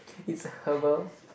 it's herbal